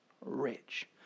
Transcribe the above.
rich